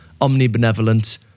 omnibenevolent